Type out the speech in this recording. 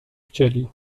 chcieli